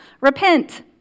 Repent